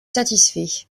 satisfait